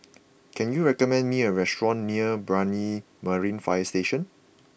can you recommend me a restaurant near Brani Marine Fire Station